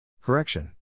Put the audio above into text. Correction